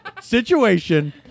situation